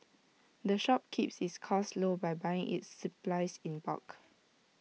the shop keeps its costs low by buying its supplies in bulk